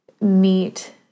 meet